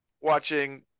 watching